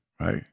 Right